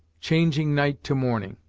changing night to morning.